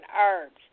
herbs